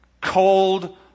cold